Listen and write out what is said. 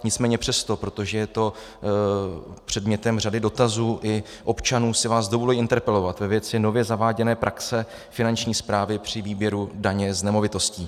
Nicméně přesto, protože je to předmětem řady dotazů i občanů, si vás dovoluji interpelovat ve věci nově zaváděné praxe Finanční správy při výběru daně z nemovitostí.